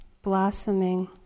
Blossoming